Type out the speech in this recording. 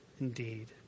indeed